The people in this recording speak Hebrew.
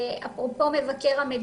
אפרופו מבקר המדינה,